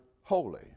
holy